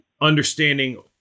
understanding